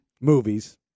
Movies